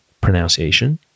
pronunciation